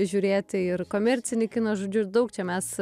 žiūrėti ir komercinį kiną žodžiu ir daug čia mes